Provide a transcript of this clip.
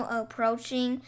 approaching